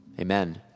Amen